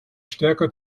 stärker